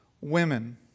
Women